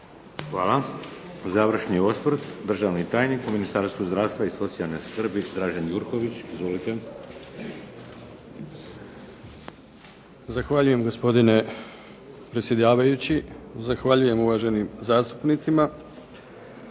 Hvala. Završni osvrt, državni tajnik u Ministarstvu zdravstva i socijalne skrbi, Dražen Jurković. Izvolite. **Jurković, Dražen** Zahvaljujem gospodine predsjedavajući, zahvaljujem uvaženim zastupnicima.